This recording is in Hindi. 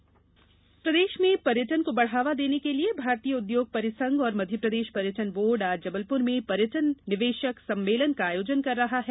पर्यटन सम्मेलन प्रदेश में पर्यटन को बढ़ावा देने के लिये भारतीय उद्योग परिसंघ और मध्यप्रदेश पर्यटन बोर्ड आज जबलपुर में पर्यटन निवेशक सम्मेलन का आयोजन कर रहा है